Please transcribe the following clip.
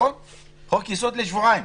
חוק יסוד לשבועיים.